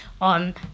on